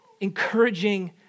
encouraging